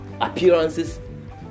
appearances